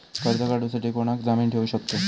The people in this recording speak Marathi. कर्ज काढूसाठी कोणाक जामीन ठेवू शकतव?